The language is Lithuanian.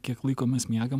kiek laiko mes miegam